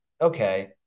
Okay